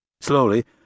slowly